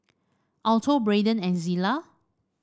Alto Braydon and Zillah